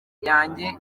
yanjye